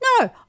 no